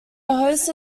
host